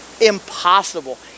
Impossible